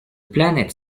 planet